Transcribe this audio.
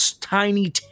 tiny